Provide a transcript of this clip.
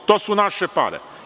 To su naše pare.